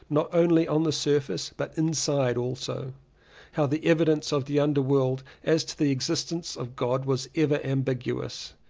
not only on the surface but in side also how the evidence of the under world as to the existence of god was ever ambiguous,